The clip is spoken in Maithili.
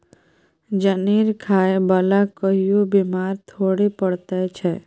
जनेर खाय बला कहियो बेमार थोड़े पड़ैत छै